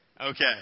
Okay